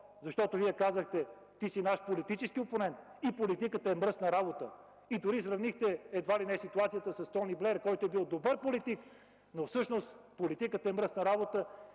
Защото Вие казахте: „Ти си наш политически опонент и политиката е мръсна работа”. Дори сравнихте, едва ли не, ситуацията с Тони Блеър, който е бил добър политик, но всъщност политиката е мръсна работа